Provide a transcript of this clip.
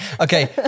Okay